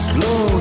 Slow